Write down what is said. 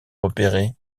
repérer